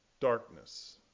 darkness